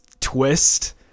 twist